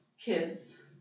kids